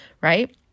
right